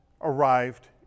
arrived